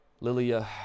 Lilia